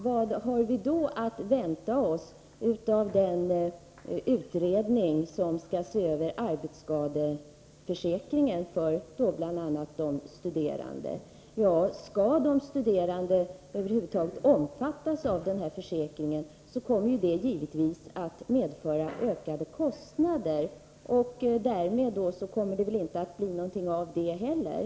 Vad har vi då att vänta oss av den utredning som skall se över arbetsskadeförsäkringen för bl.a. de studerande? Skall de studerande över huvud taget omfattas av denna försäkring, kommer det givetvis att medföra ökade kostnader. Därmed blir det väl ingen ändring här heller.